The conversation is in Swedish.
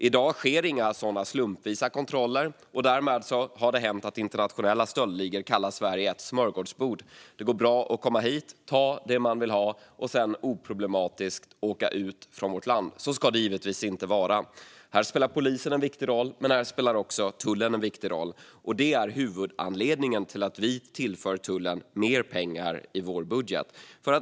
I dag sker inga sådana slumpvisa kontroller, och därmed har det hänt att internationella stöldligor kallat Sverige för ett smörgåsbord - det går bra att komma hit, ta det man vill ha och sedan oproblematiskt åka ut från vårt land. Så ska det givetvis inte vara. Här spelar polisen en viktig roll. Även tullen spelar en viktig roll här, och det är huvudanledningen till att vi tillför tullen mer pengar i vår budget.